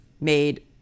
made